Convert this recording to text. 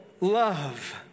love